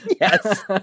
Yes